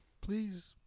please